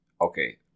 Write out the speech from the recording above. Okay